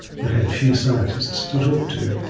but had few scientists to talk to.